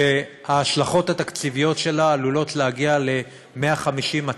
שההשלכות התקציביות שלה עלולות להגיע ל-150 200